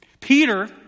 Peter